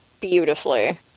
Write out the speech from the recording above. beautifully